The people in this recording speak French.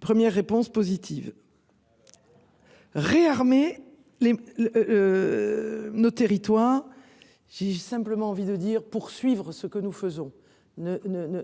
Première réponse positive. Réarmer les. Nos territoires. J'ai simplement envie de dire. Poursuivre ce que nous faisons ne ne ne